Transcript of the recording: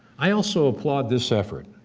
i also applaud this effort,